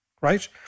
right